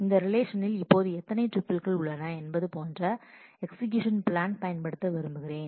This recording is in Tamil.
இந்த ரிலேஷனில் இப்போது எத்தனை டூப்பிள்கள் உள்ளன என்பது போன்ற எக்ஸிகூஷன் பிளான் பயன்படுத்த விரும்புகிறேன்